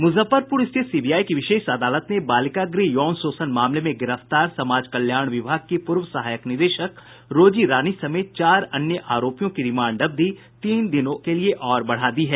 मुजफ्फरपुर स्थित सीबीआई की विशेष अदालत ने बालिका गृह यौन शोषण मामले में गिरफ्तार समाज कल्याण विभाग की पूर्व सहायक निदेशक रोजी रानी समेत चार अन्य आरोपियों की रिमांड अवधि तीन दिनों के लिये और बढ़ा दी है